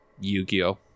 Yu-Gi-Oh